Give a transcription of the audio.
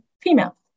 female